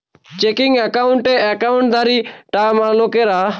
checking একাউণ্টে একাউন্টধারী লোকেরা সহজে রোজ লেনদেন করতে পারবে